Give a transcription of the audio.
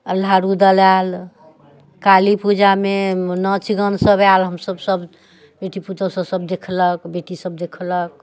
आल्हा रुदल आयल काली पूजामे नाच गान सभ आयल हम सभ सभ बेटी पुतहू सब सभ देखलक बेटी सभ देखलक